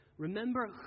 Remember